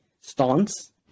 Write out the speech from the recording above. stance